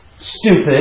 stupid